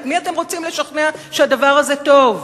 את מי אתם רוצים לשכנע שהדבר הזה טוב?